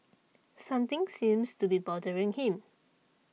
something seems to be bothering him